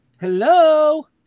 hello